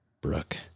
Brooke